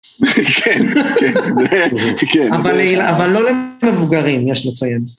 כן, כן, כן. אבל לא למבוגרים, יש לציין.